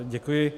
Děkuji.